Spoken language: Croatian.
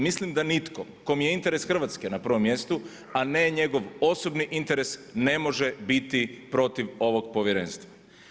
Mislim da nitko, kom je interes Hrvatske na prvom mjestu, a ne njegov osobni interes, ne može biti protiv ovog povjerenstva.